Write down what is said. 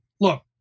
look